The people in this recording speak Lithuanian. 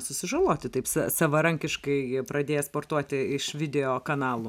susižaloti taip sa savarankiškai pradėję sportuoti iš video kanalų